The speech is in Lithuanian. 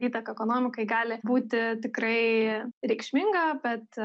įtaka ekonomikai gali būti tikrai reikšminga bet